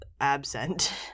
Absent